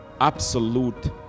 absolute